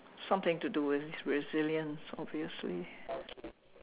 something to do with resilience obviously